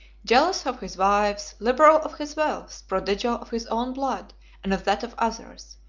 jealous of his wives, liberal of his wealth, prodigal of his own blood and of that of others,